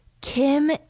Kim